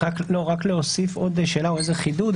רק להוסיף עוד שאלה או איזה חידוד.